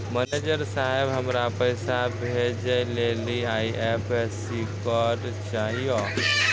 manager साहब, हमरा पैसा भेजै लेली आई.एफ.एस.सी कोड चाहियो